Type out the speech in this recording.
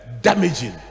damaging